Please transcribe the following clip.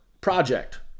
project